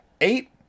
eight